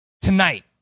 tonight